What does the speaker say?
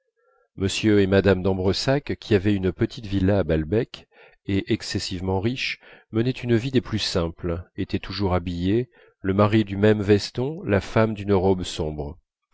m et mme d'ambresac qui avaient une petite villa à balbec et excessivement riches menaient une vie des plus simples étaient toujours habillés le mari du même veston la femme d'une robe sombre